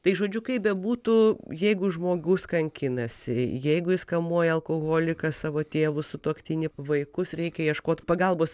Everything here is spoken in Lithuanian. tai žodžiu kaip bebūtų jeigu žmogus kankinasi jeigu jis kamuoja alkoholikas savo tėvus sutuoktinį vaikus reikia ieškoti pagalbos